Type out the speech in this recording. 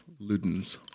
Ludens